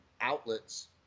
outlets